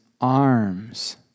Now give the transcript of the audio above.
arms